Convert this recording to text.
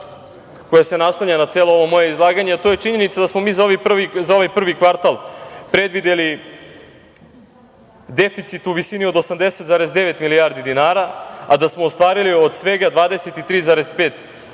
koja se nastavlja na celo ovo moje izlaganje, a to je činjenica da smo mi za ovaj prvi kvartal predvideli deficit u visini od 80,9 milijardi dinara, a da smo ostvarili od svega 23,5 milijardi